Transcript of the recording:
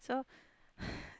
so